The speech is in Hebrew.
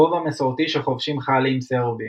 כובע מסורתי שחובשים חיילים סרבים.